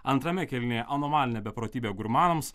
antrame kėlinyje anomalinė beprotybė gurmanams